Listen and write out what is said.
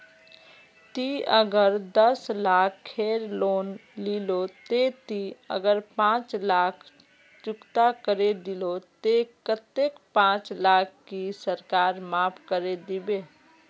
ती अगर दस लाख खेर लोन लिलो ते ती अगर पाँच लाख चुकता करे दिलो ते कतेक पाँच लाख की सरकार माप करे दिबे?